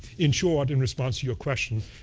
in short, in response to your question,